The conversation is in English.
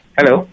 Hello